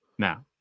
now